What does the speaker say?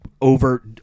over